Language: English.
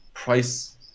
Price